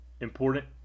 important